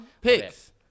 Picks